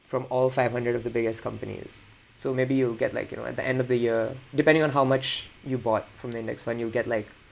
from all five hundred of the biggest companies so maybe you'll get like you know at the end of the year depending on how much you bought from the index fund you'll get like